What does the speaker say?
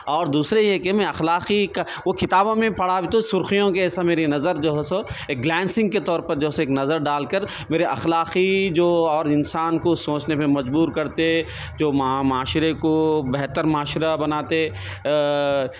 اور دوسرے یہ کہ میں اخلاقی وہ کتابوں میں پڑھا تو سرخیوں کے سے میری نظر جو ہے سو اگلانسنگ کے طور پر جو نظر ڈال کر میرے اخلاقی جو اور انسان کو سوچنے پے مجبور کرتے جو ما معاشرے کو بہتر معاشرہ بناتے